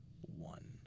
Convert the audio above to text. one